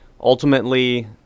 ultimately